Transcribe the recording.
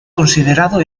considerado